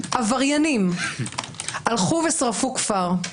עבריינים הלכו ושרפו כפר.